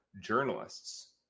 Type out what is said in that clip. journalists